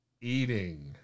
eating